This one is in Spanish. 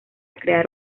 crear